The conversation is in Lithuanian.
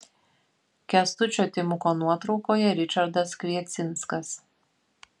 kęstučio timuko nuotraukoje ričardas kviecinskas